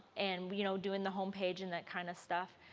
and you know doing the homepage and that kind of stuff.